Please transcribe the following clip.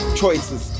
choices